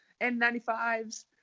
N95s